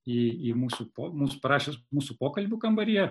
į į mūsų po mūsų parašius mūsų pokalbių kambaryje